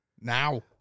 Now